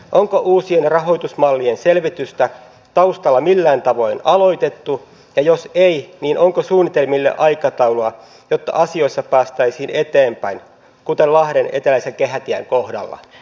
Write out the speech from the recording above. onko uusien rahoitusmallien selvitystä taustalla millään tavoin aloitettu ja jos ei niin onko suunnitelmille aikataulua jotta asioissa päästäisiin eteenpäin kuten lahden eteläisen kehätien kohdalla